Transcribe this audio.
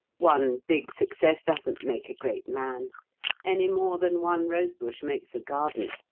one big success doesn't make a great man any more than one rosebush makes a garden.